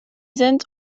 sind